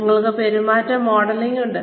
ഞങ്ങൾക്ക് പെരുമാറ്റ മോഡലിംഗ് ഉണ്ട്